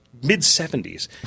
mid-'70s